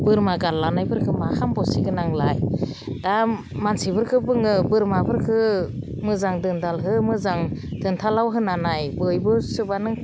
बोरमा गादलानायफोरखौ मा खामबावसिगोन आंलाय दा मानसिफोरखौ बुङो बोरमाफोरखौ मोजां दोनदाल हो मोजां दोनथालाव होना नाय बयबो सोबानो